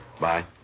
Bye